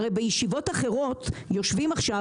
הרי בישיבות אחרות יושבים עכשיו,